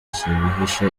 kibyihishe